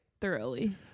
thoroughly